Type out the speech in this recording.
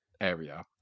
area